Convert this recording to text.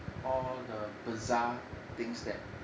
all the bizarre things that